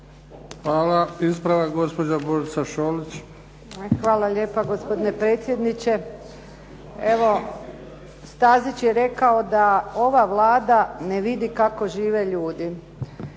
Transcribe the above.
Šolić. **Šolić, Božica (HDZ)** Hvala lijepa gospodine predsjedniče. Evo, Stazić je rekao da ova Vlada ne vidi kako žive ljudi.